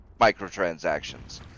microtransactions